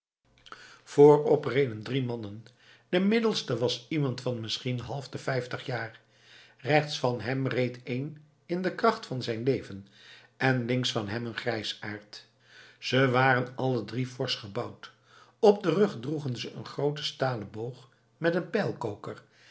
voorop reden drie mannen de middelste was iemand van misschien half de vijftig jaar rechts van hem reed een in de kracht van het leven en links van hem een grijsaard ze waren alle drie forsch gebouwd op den rug droegen ze een grooten stalen boog met een